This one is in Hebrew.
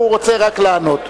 הוא רוצה רק לענות.